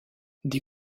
des